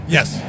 Yes